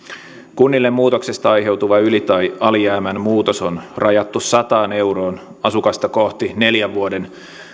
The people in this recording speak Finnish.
kunnille muutoksesta aiheutuva yli tai alijäämän muutos on rajattu sataan euroon asukasta kohti neljän vuoden